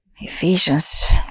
Ephesians